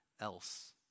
else